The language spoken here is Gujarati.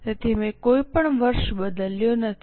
તેથી મેં કોઈ વર્ષ બદલ્યો નથી